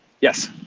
Yes